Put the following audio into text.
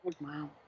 Wow